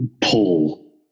pull